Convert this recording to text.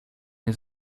nie